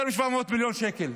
יותר מ-700 מיליון שקל.